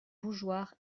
bougeoir